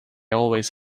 always